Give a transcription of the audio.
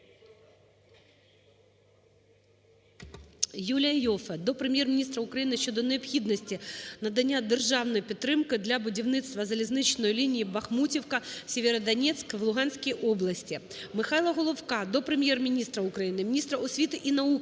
Юлія Іоффе до Прем'єр-міністра України щодо необхідності надання державної підтримки для будівництва залізничної лініїБахмутівка - Сєвєродонецьк в Луганській області. Михайла Головка до Прем'єр-міністра України, міністра освіти і науки